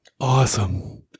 Awesome